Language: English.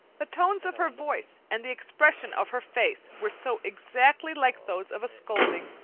the tones of her voice and the expression of her face were so exactly like those of a scolding,